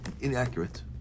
inaccurate